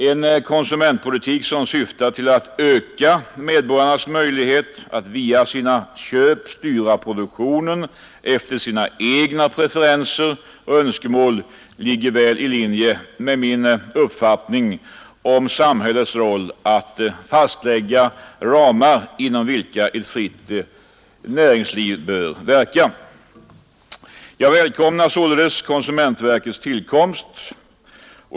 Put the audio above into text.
En konsumentpolitik som syftar till att öka medborgarnas möjlighet att via sina köp styra produktionen efter sina egna preferenser och önskemål ligger väl i linje med min uppfattning om samhällets roll att fastlägga ramar, inom vilka ett fritt näringsliv bör verka. Jag välkomnar således konsumentverkets tillkomst.